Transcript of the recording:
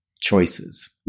choices